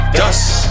dust